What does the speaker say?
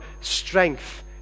strength